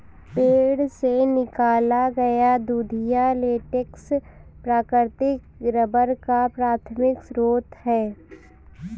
पेड़ से निकाला गया दूधिया लेटेक्स प्राकृतिक रबर का प्राथमिक स्रोत है